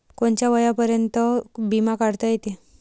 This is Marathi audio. कोनच्या वयापर्यंत बिमा काढता येते?